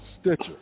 Stitcher